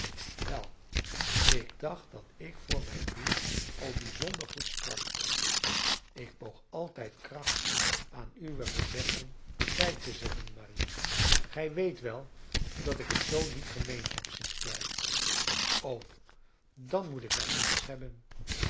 wel ik dacht dat ik voor mijn doen al bijzonder goed sprak ik poog altijd kracht aan uwe gezegden bij te zetten marie gij weet wel dat ik het zoo niet gemeend heb st clare o dan moet ik mij vergist hebben